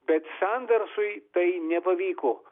bet sandersui tai nepavyko